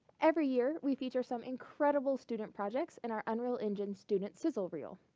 every year we feature some incredible student projects in our unreal engine student sizzle reel,